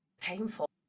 painful